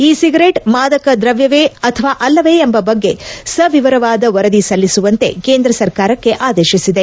E cigarette ಮಾದಕ ದ್ರವ್ಯವೇ ಅಥವಾ ಅಲ್ಲವೇ ಎಂಬ ಬಗ್ಗೆ ಸವಿವರವಾದ ವರದಿ ಸಲ್ಲಿಸುವಂತೆ ಕೇಂದ್ರ ಸರಕಾರಕ್ಕೆ ಆದೇಶಿಸಿದೆ